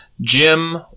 Jim